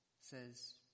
says